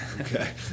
Okay